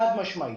חד-משמעי.